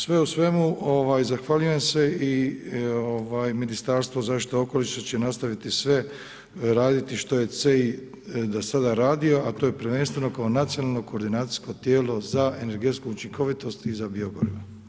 Sve u svemu zahvaljujem se i Ministarstvo zaštite okoliša će nastaviti sve raditi što je CEI do sada radio, a to je prvenstveno kao nacionalno koordinacijsko tijelo za energetsku učinkovitost i za biogoriva.